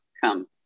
come